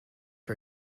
her